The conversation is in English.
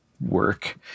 work